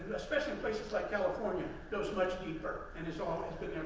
especially in places like california, goes much deeper, and it's all been